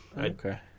Okay